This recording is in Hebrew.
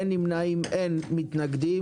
אין נמנעים ואין מתנגדים,